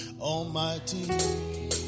Almighty